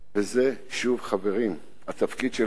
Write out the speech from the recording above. זה, שוב, חברים, התפקיד שלנו.